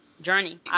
journey